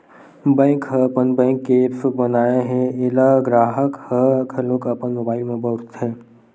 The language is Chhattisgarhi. बैंक ह अपन बैंक के ऐप्स बनाए हे एला गराहक ह घलोक अपन मोबाइल म बउरथे